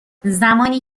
زمانی